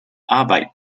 arbeit